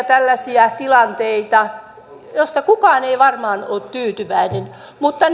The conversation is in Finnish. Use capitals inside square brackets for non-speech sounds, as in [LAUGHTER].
[UNINTELLIGIBLE] tällaisia tilanteita joista kukaan ei varmaan ole tyytyväinen mutta [UNINTELLIGIBLE]